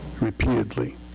repeatedly